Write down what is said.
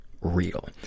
real